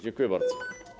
Dziękuję bardzo.